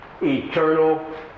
Eternal